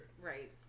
Right